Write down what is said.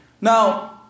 Now